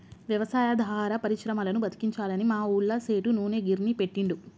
వ్యవసాయాధార పరిశ్రమలను బతికించాలని మా ఊళ్ళ సేటు నూనె గిర్నీ పెట్టిండు